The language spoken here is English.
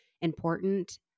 important